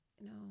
No